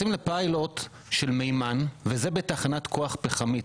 לפיילוט של מימן, וזה בתחנת כוח פחמית.